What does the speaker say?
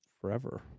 forever